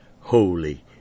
holy